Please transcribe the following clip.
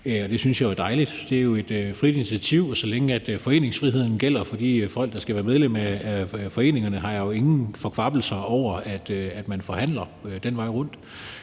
Det synes jeg jo er dejligt. Det er et frit initiativ, og så længe foreningsfriheden gælder for de folk, der skal være medlem af foreningerne, har jeg jo ingen kvababbelser over, at man forhandler den vej rundt.